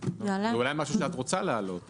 אולי זה משהו שאת רוצה להעלות.